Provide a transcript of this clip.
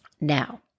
Now